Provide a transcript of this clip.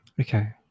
Okay